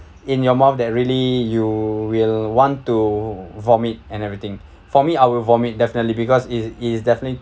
in your mouth that really you will want to vomit and everything for me I will vomit definitely because it's it's definitely